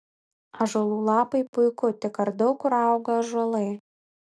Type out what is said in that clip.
ąžuolų lapai puiku tik ar daug kur auga ąžuolai